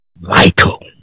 vital